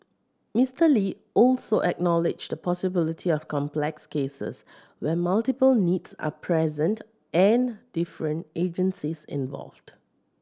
Mister Lee also acknowledged the possibility of complex cases where multiple needs are present and different agencies involved